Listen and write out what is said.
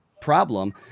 problem